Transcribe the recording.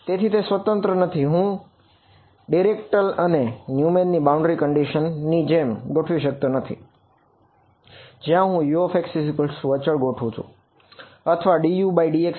તેથી તે સ્વતંત્ર નથી હું ડિરિચલેટ ની જેમ ગોઠવી શકતો નથી જ્યાં હું Uxઅચળ ને ગોઠવું છું